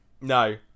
No